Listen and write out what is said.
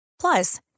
Plus